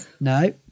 No